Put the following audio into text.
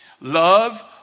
Love